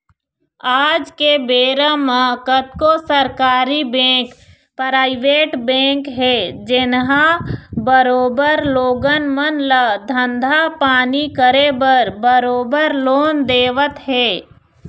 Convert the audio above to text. आज के बेरा म कतको सरकारी बेंक, पराइवेट बेंक हे जेनहा बरोबर लोगन मन ल धंधा पानी करे बर बरोबर लोन देवत हे